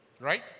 right